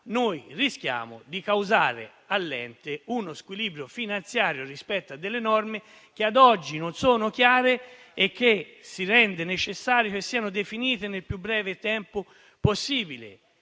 rischia di implicare uno squilibrio finanziario rispetto a norme che ad oggi non sono chiare e che si rende necessario siano definite nel più breve tempo possibile.